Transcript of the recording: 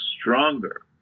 stronger